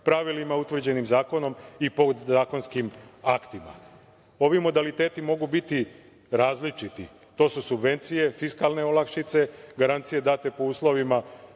pravilima utvrđenim zakonom i podzakonskim aktima. Ovi modaliteti mogu biti različiti. To su subvencije, fiskalne olakšice, garancije date po uslovima